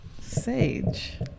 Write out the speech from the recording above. Sage